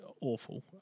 awful